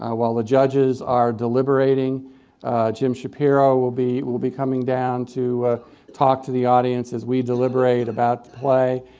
ah while the judges are deliberating jim shapiro will be will be coming down to talk to the audience as we deliberate about play.